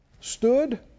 stood